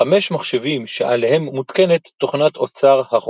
5 מחשבים שעליהם מותקנת תוכנת אוצר החכמה.